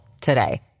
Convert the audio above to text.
today